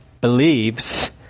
believes